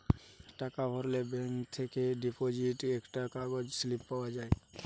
টাকা ভরলে ব্যাঙ্ক থেকে ডিপোজিট একটা কাগজ স্লিপ পাওয়া যায়